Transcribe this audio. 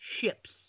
ships